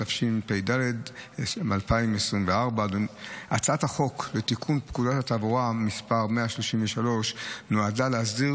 התשפ"ד 2024. הצעת החוק לתיקון פקודת התעבורה (מס' 136) נועדה להסדיר